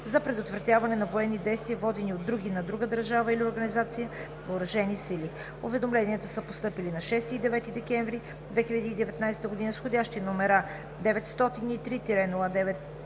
за предотвратяване на военни действия, водени от други на друга държава или организация въоръжени сили. Уведомленията са постъпили на 6 и 9 декември 2019 г. с входящи номера 903-09-79,